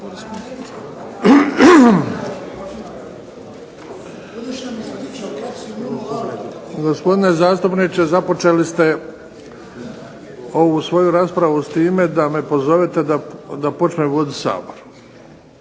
Gospodine zastupniče započeli ste ovu svoju raspravu s time da me pozovete da počnem voditi Sabor.